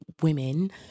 women